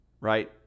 right